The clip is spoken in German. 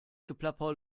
geplapper